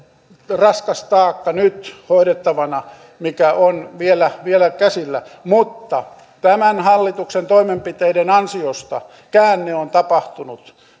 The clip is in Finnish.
raskas taakka nyt hoidettavana mikä on vielä vielä käsillä mutta tämän hallituksen toimenpiteiden ansiosta käänne on tapahtunut